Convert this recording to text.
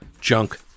junk